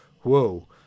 whoa